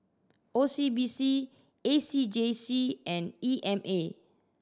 O C B C A C J C and E M A